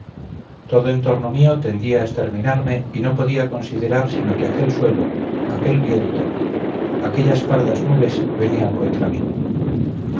todo en torno mío tendía a exterminarme y no podía considerar sino que aquel suelo aquel viento aquellas pardas nubes venían contra mí